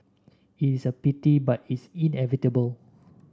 it is a pity but it's inevitable